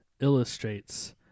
illustrates